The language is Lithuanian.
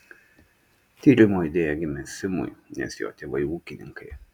tyrimo idėja gimė simui nes jo tėvai ūkininkai